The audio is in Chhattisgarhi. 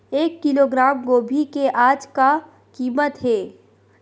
एक किलोग्राम गोभी के आज का कीमत हे?